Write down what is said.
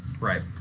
Right